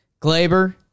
Glaber